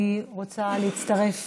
אני רוצה להצטרף